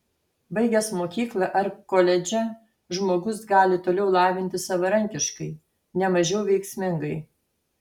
baigęs mokyklą ar koledžą žmogus gali toliau lavintis savarankiškai ne mažiau veiksmingai